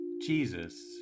Jesus